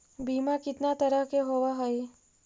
बीमा कितना तरह के होव हइ?